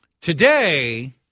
Today